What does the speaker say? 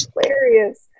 hilarious